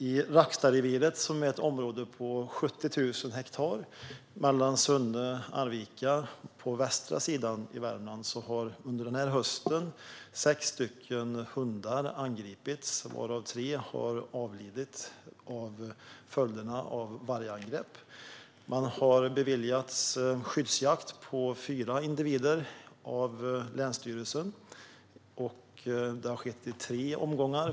I Rackstadreviret, som är ett område på 70 000 hektar mellan Sunne och Arvika på den västra sidan av Värmland, har sex hundar angripits under hösten. Tre av dem har avlidit till följd av vargangreppen. Länsstyrelsen har beviljat skyddsjakt på fyra individer, och det har skett i tre omgångar.